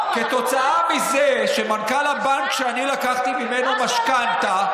כתוצאה מזה שמנכ"ל הבנק שאני לקחתי ממנו משכנתה,